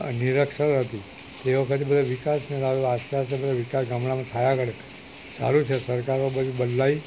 નિરક્ષર હતી તે વખતે બધો વિકાસ ને હવે આસ્તે આસ્તે બધો વિકાસ હમણાં થયા કરે સારું છે સરકારો બધી બદલાઈ